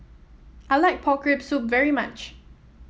I like Pork Rib Soup very much